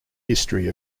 history